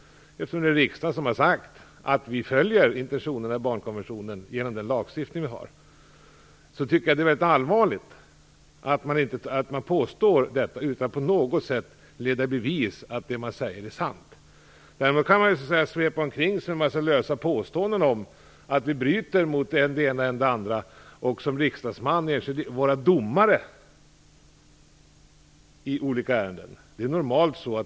Eftersom det är riksdagen som har sagt att vi följer intentionerna i barnkonventionen i vår lagstiftning, tycker jag att det var allvarligt att påstå detta utan att på något sätt leda i bevis att det är sant. Däremot kan man kasta ur sig lösa påståenden om att vi bryter mot än det ena, än det andra och som riksdagsman vara domare i olika ärenden.